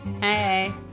hey